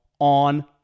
on